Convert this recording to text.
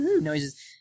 noises